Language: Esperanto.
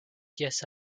kies